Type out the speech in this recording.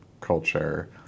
culture